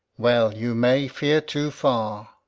well, you may fear too far.